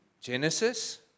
Genesis